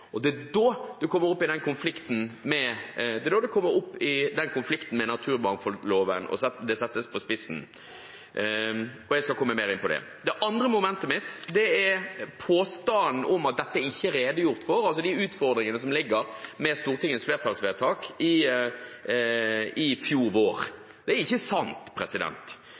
ned. Det er da en kommer opp i den konflikten med naturmangfoldloven, og det settes på spissen. Jeg skal komme mer inn på det. Det andre momentet mitt er påstanden om at de utfordringene som ligger med Stortingets flertallsvedtak i fjor vår, ikke er redegjort for. Det er ikke sant.